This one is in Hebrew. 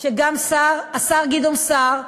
שגם השר גדעון סער,